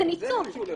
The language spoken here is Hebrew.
זה אכן ניצול,